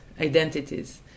identities